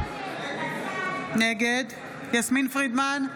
נגד יסמין פרידמן,